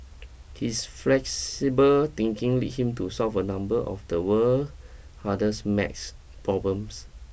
his flexible thinking lead him to solve a number of the world hardest maths problems